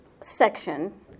section